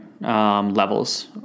Levels